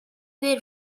their